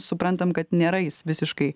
suprantam kad nėra jis visiškai